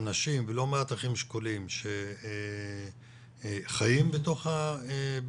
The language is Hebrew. אנשים ולא מעט אחים שכולים שחיים בתוך המצב